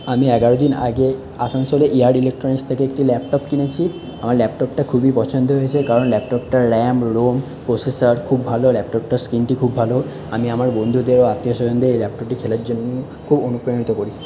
আমি এগারো দিন আগে আসানসোলের ই আর ইলেকট্রনিক্স থেকে একটি ল্যাপটপ কিনেছি আমার ল্যাপটপটা খুবই পছন্দ হয়েছে কারণ ল্যাপটপটার র্যাম রোম প্রসেসার খুব ভালো ল্যাপটপটার স্ক্রীনটি খুব ভালো আমি আমার বন্ধুদের ও আত্মীয়স্বজনদের এই ল্যাপটপটি কেনার জন্য খুব অনুপ্রানিত করি